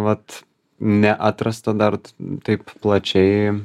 vat neatrasto dar taip plačiai